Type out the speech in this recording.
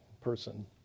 person